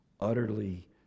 utterly